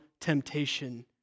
temptation